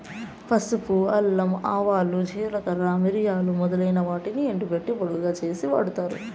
పసుపు, అల్లం, ఆవాలు, జీలకర్ర, మిరియాలు మొదలైన వాటిని ఎండబెట్టి పొడిగా చేసి వాడతారు